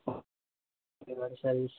service